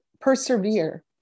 persevere